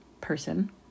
person